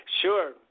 Sure